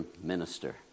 minister